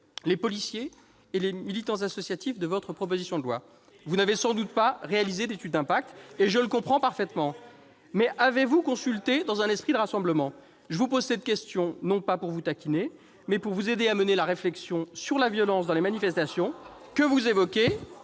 les policiers et les militants associatifs de votre proposition de loi ? Et ? Et les voyous ? Vous n'avez sans doute pas réalisé d'étude d'impact, et je le comprends parfaitement. Mais avez-vous consulté dans un esprit de rassemblement ? Je vous pose cette question, non pas pour vous taquiner, mais pour vous aider à mener la réflexion sur la violence dans les manifestations que vous évoquez,